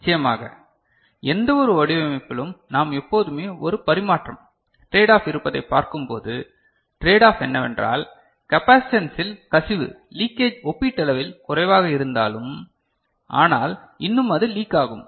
நிச்சயமாக எந்தவொரு வடிவமைப்பிலும் நாம் எப்போதுமே ஒரு பரிமாற்றம் ட்ரேட் ஆஃப் இருப்பதைப் பார்க்கும்போது ட்ரேட் ஆஃப் என்னவென்றால் கபாசிட்டன்ஸில் கசிவு லீக்கேஜ் ஒப்பீட்டளவில் குறைவாக இருந்தாலும் ஆனால் இன்னும் அது லீக் ஆகும்